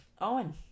Owen